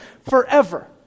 forever